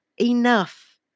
enough